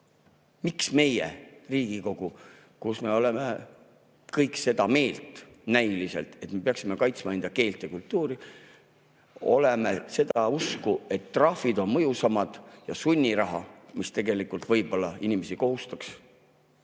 Miks meie, Riigikogu, kes me oleme kõik seda meelt, vähemalt näiliselt, et me peaksime kaitsma enda keelt ja kultuuri, oleme seda usku, et trahvid on mõjusamad, ja sunniraha, mis tegelikult võib-olla kohustaks